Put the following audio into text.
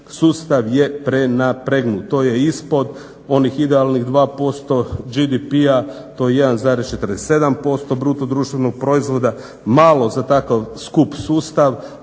sustav je prenapregnut. To je ispod onih idealnih 2% GDP, to je 1,47% BDP-a, malo za tako skup sustav,